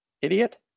Idiot